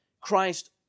Christ